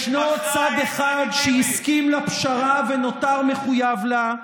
ישנו צד אחד שהסכים לפשרה ונותר מחויב לה,